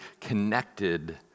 connected